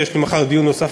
ויש לי מחר דיון נוסף,